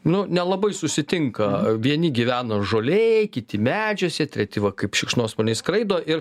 nu nelabai susitinka vieni gyvena žolėje kiti medžiuose treti va kaip šikšnosparniai skraido ir